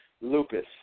Lupus